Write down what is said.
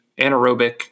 anaerobic